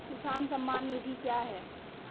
किसान सम्मान निधि क्या हैं?